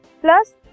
plus